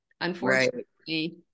unfortunately-